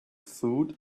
food